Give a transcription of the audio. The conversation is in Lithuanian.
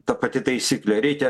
ta pati taisyklė reikia